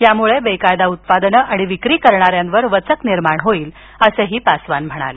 यामुळं बेकायदा उत्पादन आणि विक्री करणाऱ्यांवर वचक निर्माण होईल असही ते म्हणाले